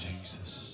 Jesus